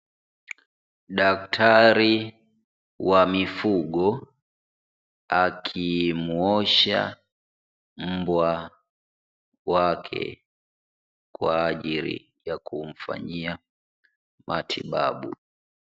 Daktari wa mifugo akimuosha mbwa wake, kwa ajili ya kumfanyia matibabu.